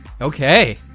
Okay